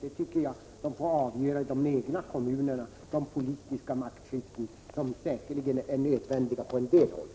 De politiska maktskiftena, som säkerligen är nödvändiga på en del håll, får man ta ställning till ute i kommunerna.